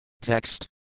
Text